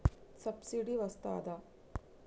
Subsidy వస్తదా?